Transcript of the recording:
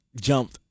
jumped